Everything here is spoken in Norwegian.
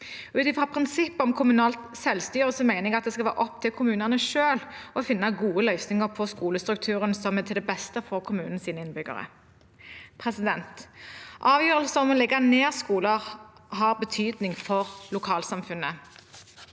Ut fra prinsippet om kommunalt selvstyre mener jeg det skal være opp til kommunene selv å finne gode løsninger på skolestrukturen som er til beste for kommunens innbyggere. Avgjørelse om å legge ned skoler har betydning for lokalsamfunnet.